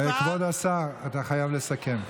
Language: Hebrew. כבוד השר, אתה חייב לסכם.